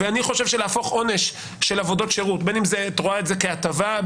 אני חושב שלהפוך עונש של עבודות שירות בין אם את רואה את זה כהטבה,